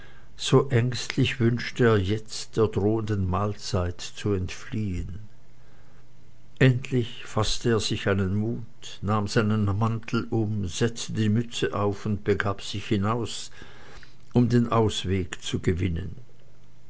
so ängstlich wünschte er jetzt der drohenden mahlzeit zu entfliehen endlich faßte er sich einen mut nahm seinen mantel um setzte die mütze auf und begab sich hinaus um den ausweg zu gewinnen